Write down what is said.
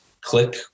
click